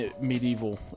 medieval